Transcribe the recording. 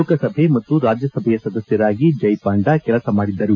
ಲೋಕಸಭೆ ಮತ್ತು ರಾಜ್ಯಸಭೆಯ ಸದಸ್ಯರಾಗಿ ಜಯ್ ಪಾಂಡ ಕೆಲಸ ಮಾಡಿದ್ದರು